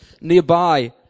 nearby